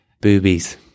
Boobies